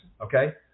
okay